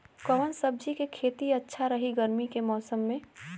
कवना सब्जी के खेती अच्छा रही गर्मी के मौसम में?